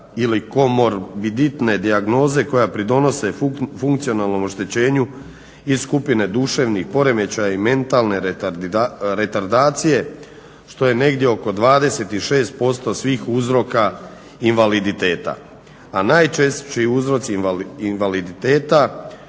ili komorbiditne dijagnoze koja pridonose funkcionalnom oštećenju i skupine duševnih poremećaja i mentalne retardacije što je negdje oko 26% svih uzroka invaliditeta, a najčešći uzroci invaliditeta